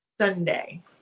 Sunday